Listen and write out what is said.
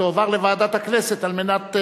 לדיון מוקדם בוועדת הכנסת נתקבלה.